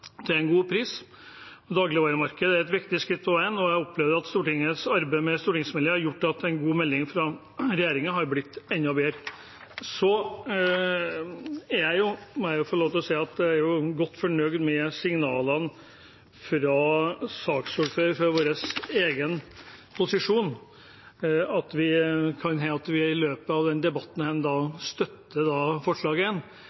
til en god pris. Dagligvaremarkedet er et viktig skritt på veien, og jeg opplever at Stortingets arbeid med stortingsmeldingen har gjort at en god melding fra regjeringen er blitt enda bedre. Så må jeg få lov til å si at jeg er godt fornøyd med signalene fra saksordføreren fra vår egen posisjon. Det kan hende at vi i løpet av denne debatten